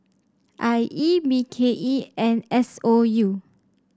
I E B K E and S O U